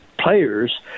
players